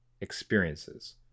experiences